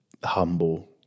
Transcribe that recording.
humble